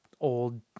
old